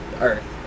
Earth